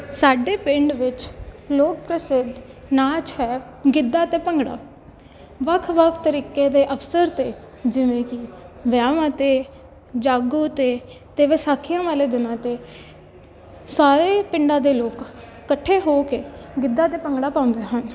ਸਾਡੇ ਪਿੰਡ ਵਿੱਚ ਲੋਕ ਪ੍ਰਸਿੱਧ ਨਾਚ ਹੈ ਗਿੱਧਾ ਅਤੇ ਭੰਗੜਾ ਵੱਖ ਵੱਖ ਤਰੀਕੇ ਦੇ ਅਵਸਰ 'ਤੇ ਜਿਵੇਂ ਕੀ ਵਿਆਹਾਂ 'ਤੇ ਜਾਗੋ 'ਤੇ ਅਤੇ ਵਿਸਾਖੀਆਂ ਵਾਲੇ ਦਿਨਾਂ 'ਤੇ ਸਾਰੇ ਪਿੰਡਾਂ ਦੇ ਲੋਕ ਇਕੱਠੇ ਹੋ ਕੇ ਗਿੱਧਾ ਅਤੇ ਭੰਗੜਾ ਪਾਉਂਦੇ ਹਨ